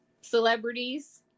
celebrities